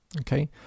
Okay